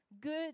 Good